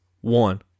one